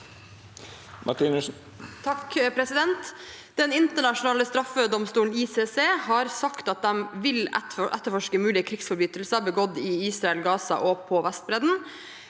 «Den in- ternasjonale straffedomstolen, ICC, har sagt de vil etterforske mulige krigsforbrytelser begått i Israel, Gaza og på Vestbredden.